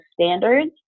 standards